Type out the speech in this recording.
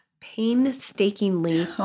painstakingly